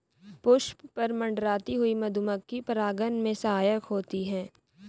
पुष्प पर मंडराती हुई मधुमक्खी परागन में सहायक होती है